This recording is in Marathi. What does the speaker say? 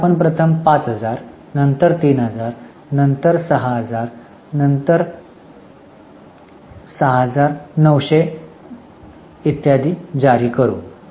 तर आपण प्रथम 5000 नंतर 3000 नंतर 6000 9000 इत्यादी जारी करू